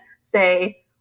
say